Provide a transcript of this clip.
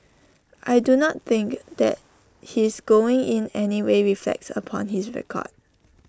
I do not think that his going in anyway reflects upon his record